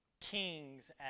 kings